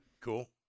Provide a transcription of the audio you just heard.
Cool